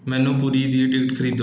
ਮੈਨੂੰ ਪੁਰੀ ਦੀ ਟਿਕਟ ਖਰੀਦੋ